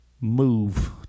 move